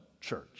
Church